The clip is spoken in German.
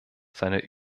seine